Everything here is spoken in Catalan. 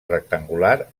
rectangular